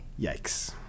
Yikes